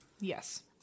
Yes